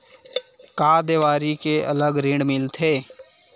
का देवारी के अलग ऋण मिलथे?